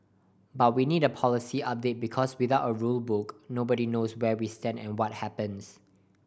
but we need a policy update because without a rule book nobody knows where we stand and what happens